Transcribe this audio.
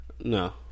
No